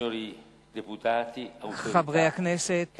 חברי הכנסת,